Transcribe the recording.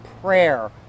prayer